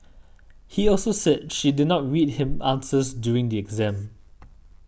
he also said she did not read him answers during the exams